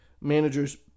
managers